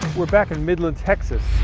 were back in midland, texas,